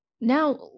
Now